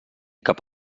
cap